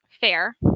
fair